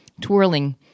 twirling